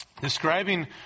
describing